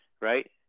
right